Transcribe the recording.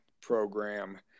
program